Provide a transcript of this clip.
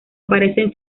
aparecen